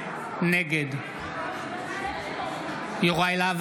נגד יוראי להב